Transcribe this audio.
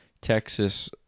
Texas